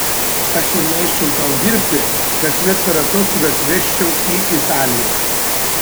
aš ir leisčiau tau dirbti kasmet per atostogas vežčiau į italiją